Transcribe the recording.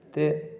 ते